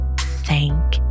Thank